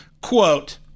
quote